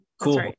Cool